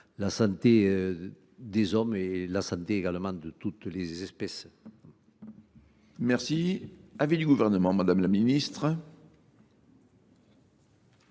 la santé des hommes et la santé également de toutes les espèces. Merci. Avis du gouvernement, Madame la Ministre.